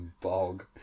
bog